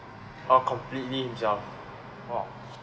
orh completely himself